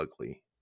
ugly